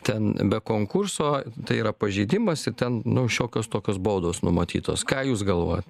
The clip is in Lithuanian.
ten be konkurso tai yra pažeidimas ir ten nu šiokios tokios baudos numatytos ką jūs galvojat